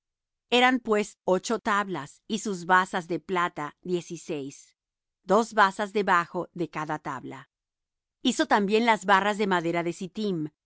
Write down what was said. eran pues ocho tablas y sus basas de plata dieciséis dos basas debajo de cada tabla hizo también las barras de madera de